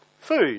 Food